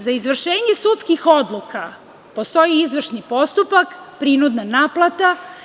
Za izvršenje sudskih odluka postoji izvršni postupak, prinudna naplata.